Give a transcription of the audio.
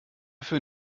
für